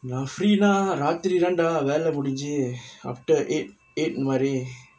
நா:naa free னா ராத்திரிதான்டா வேல முடிஞ்சி:naa raathirithaanda vela mudinji after eight eight மாரி:maari